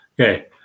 Okay